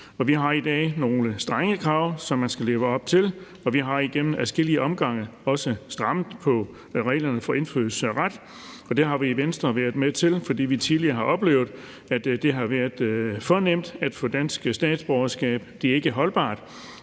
Vi har i dag nogle strenge krav, man skal leve op til, og vi har igennem adskillige omgange også strammet op på reglerne for indfødsret. Det har vi i Venstre været med til, fordi vi tidligere har oplevet, at det har været for nemt at få dansk statsborgerskab. Det er ikke holdbart,